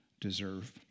deserve